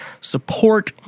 support